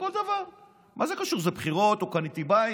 לכל דבר מה זה קשור אם זה בחירות או קניתי בית,